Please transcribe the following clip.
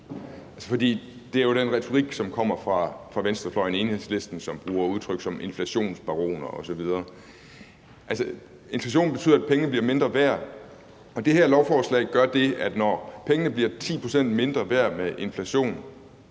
det er jo den retorik, som kommer fra venstrefløjen og Enhedslisten, som bruger udtryk som inflationsbaroner osv. Altså, inflation betyder, at pengene bliver mindre værd, og det her lovforslag gør det, at når pengene bliver 10 pct. mindre værd med inflationen,